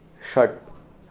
षट्